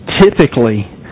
typically